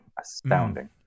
astounding